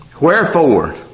Wherefore